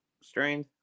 strained